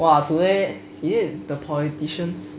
!wah! today is it the politician